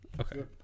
Okay